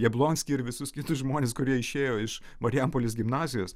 jablonskį ir visus kitus žmones kurie išėjo iš marijampolės gimnazijos